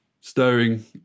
stirring